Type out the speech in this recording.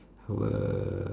I will